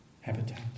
habitat